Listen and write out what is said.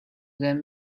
them